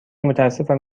متاسفم